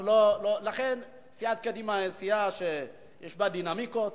לכן, סיעת קדימה היא סיעה שיש בה דינמיקות,